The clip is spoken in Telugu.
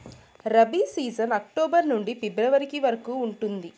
రబీ సీజన్ అక్టోబర్ నుండి ఫిబ్రవరి వరకు ఉంటుంది